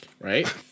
Right